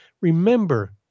remember